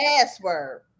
password